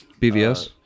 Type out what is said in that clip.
BVS